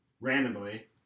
randomly